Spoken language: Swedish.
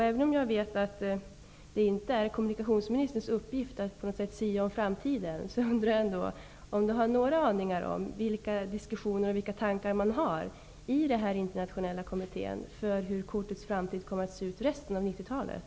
Även om det inte är kommunikationsministerns uppgift att sia om framtiden, vill jag fråga om kommunikationsministern ändå har några aningar om vilka diskussioner och tankar som förekommer i den internationella kommittén vad gäller vad som kommer att hända med Interrailkortet under resten av 90-talet.